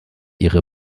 ihre